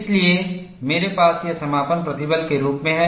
इसलिए मेरे पास यह समापन प्रतिबल के रूप में है